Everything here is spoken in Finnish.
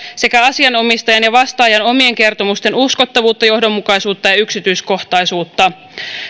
sekä asianomistajan ja vastaajan omien kertomusten uskottavuutta johdonmukaisuutta ja yksityiskohtaisuutta